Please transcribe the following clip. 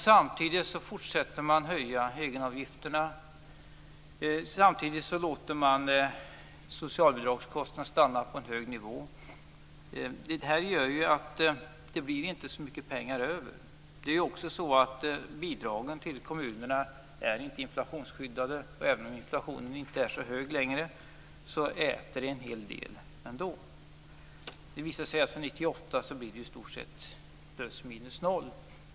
Samtidigt fortsätter man att höja egenavgifterna, och samtidigt låter man socialbidragskostnaderna stanna på en högre nivå. Det gör att det inte blir så mycket pengar över. Det är också så att bidragen till kommunerna inte är inflationsskyddade. Även om inflationen inte är så hög längre äter den en hel del ändå. Det visar sig att det för 1998 i stort sett blir plus minus noll.